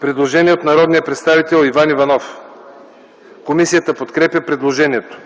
Предложение от народния представител Иван Иванов. Комисията подкрепя предложението.